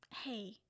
Hey